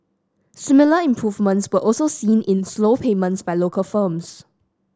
similar improvements were also seen in slow payments by local firms